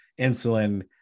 insulin